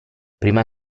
prima